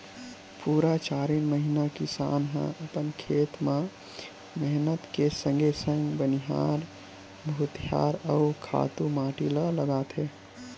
पुरा चारिन महिना किसान ह अपन खेत म मेहनत के संगे संग बनिहार भुतिहार अउ खातू माटी ल लगाथे